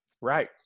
Right